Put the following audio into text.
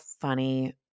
funny